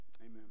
Amen